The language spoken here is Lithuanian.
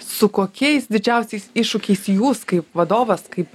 su kokiais didžiausiais iššūkiais jūs kaip vadovas kaip